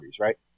right